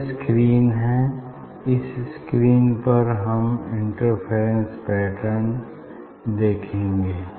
यह स्क्रीन है इस स्क्रीन पर हम इंटरफेरेंस पैटर्न देखेंगे